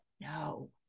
No